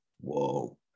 whoa